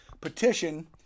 petition